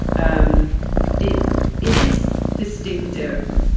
um it it is distinctive.